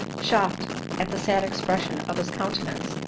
shocked at the sad expression of his countenance,